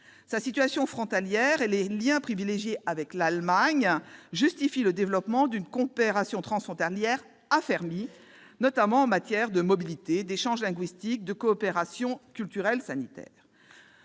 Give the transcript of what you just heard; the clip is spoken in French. La situation frontalière de l'Alsace et les liens privilégiés avec l'Allemagne justifient le développement d'une coopération transfrontalière affermie, notamment en matière de mobilité, d'échanges linguistiques, de coopération sanitaire